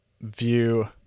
view